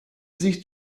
sich